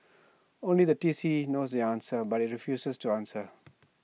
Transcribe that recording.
only the T C knows the answer but IT refuses to answer